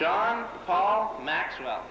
john paul maxwell